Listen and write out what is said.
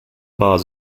bars